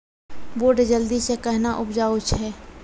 बूट जल्दी से कहना उपजाऊ छ?